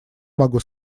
могу